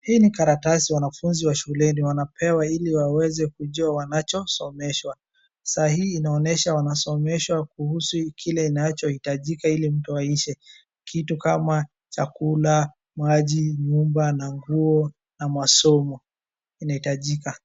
Hii ni karatasi wanafunzi wa shuleni wanapewa ili waweze kujua wanacho someshwa. Saa hii inaonyesha wanasomeshwa kuhusu kile inachohitajika ili mtu aishe. Kitu kama chakula, maji, nyumba, na nguo, na masomo inahitajika.